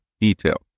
detail